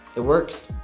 it works.